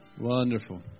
Wonderful